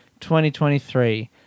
2023